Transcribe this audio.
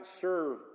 serve